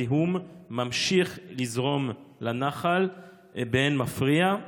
הזיהום ממשיך לזרום לנחל באין מפריע.